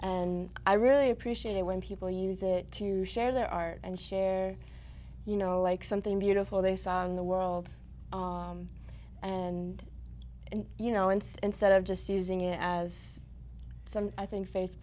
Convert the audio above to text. and i really appreciate it when people use it to share their art and share you know like something beautiful they saw in the world and you know and instead of just using it as some i think